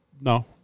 No